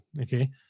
okay